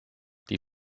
die